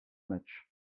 matchs